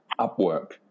Upwork